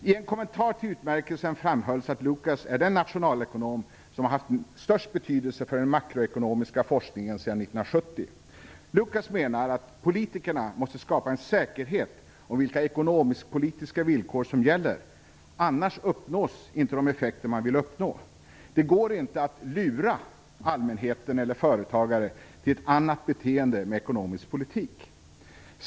I en kommentar till utmärkelsen framhölls att Lucas är den nationalekonom som haft störst betydelse för den makroekonomiska forskningen sedan 1970. Lucas menar att politikerna måste skapa en säkerhet om vilka ekonomisk-politiska villkor som gäller. Annars uppnås inte de effekter man vill uppnå. Det går inte att "lura" allmänheten eller företagare till ett annat beteende med ekonomisk politik.